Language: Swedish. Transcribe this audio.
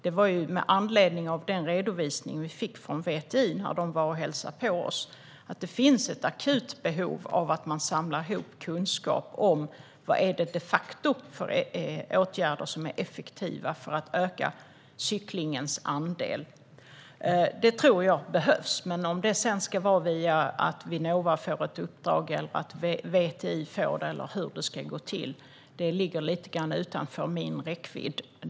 Det var med anledning av den redovisning vi fick när VTI var och hälsade på oss i utskottet, nämligen att det finns ett akut behov av att samla ihop kunskap om vad det de facto är för åtgärder som är effektiva för att öka cyklingens andel. Det tror jag behövs, men om det sedan ska ske via ett uppdrag till Vinnova eller VTI eller hur det ska gå till ligger lite grann utanför min räckvidd.